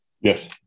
Yes